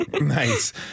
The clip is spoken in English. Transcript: Nice